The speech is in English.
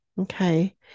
Okay